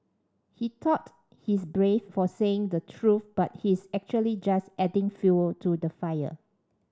he thought he's brave for saying the truth but he's actually just adding fuel to the fire